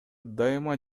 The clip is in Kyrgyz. дайыма